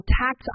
tax